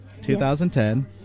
2010